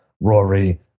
Rory